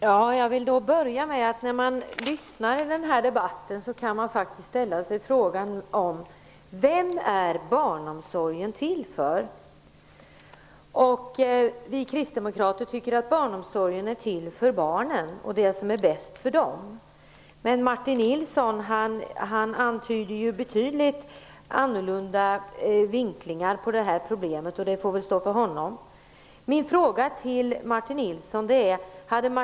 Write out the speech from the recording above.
Herr talman! Efter att ha lyssnat till den här debatten kan man faktiskt ställa frågan: Vem är barnomsorgen till för? Vi kristdemokrater tycker att barnomsorgen är till för barnen och för det som är bäst för dem. Men Martin Nilsson antyder vinklingar på det problemet som är betydligt annorlunda, vilket väl får stå för honom.